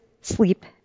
sleep